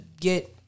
get